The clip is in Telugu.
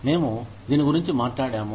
మేము దీని గురించి మాట్లాడాము